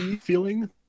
feeling